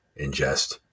ingest